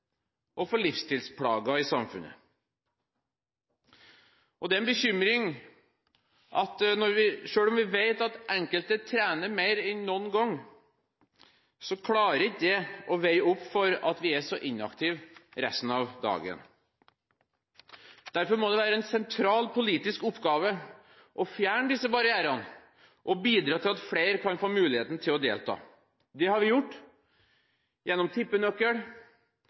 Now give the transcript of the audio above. og for livsstilsplager i samfunnet. Det er en bekymring at selv om vi vet at enkelte trener mer enn noen gang, veier ikke det opp for at vi er så inaktive resten av dagen. Derfor må det være en sentral politisk oppgave å fjerne disse barrierene og bidra til at flere kan få muligheten til å delta. Det har vi gjort – gjennom